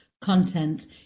content